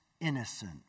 Innocent